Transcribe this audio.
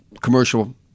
commercial